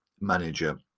manager